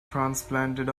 transplanted